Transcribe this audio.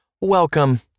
Welcome